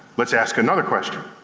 let's ask another question.